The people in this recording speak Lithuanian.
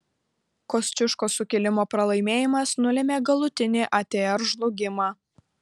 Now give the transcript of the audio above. kosciuškos sukilimo pralaimėjimas nulėmė galutinį atr žlugimą